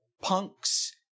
punks